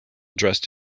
dressed